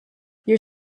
your